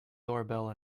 doorbell